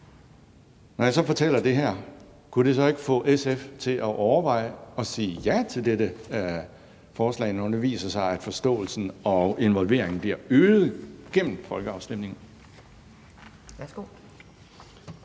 Når jeg fortæller det her, kunne det så ikke få SF til at overveje at sige ja til dette forslag, når det viser sig, at forståelsen og involveringen bliver øget gennem folkeafstemninger?